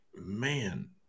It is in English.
man